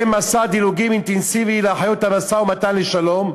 מקיים מסע דילוגים אינטנסיבי להחיות את המשא-ומתן לשלום,